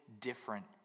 different